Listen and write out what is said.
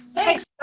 thanks,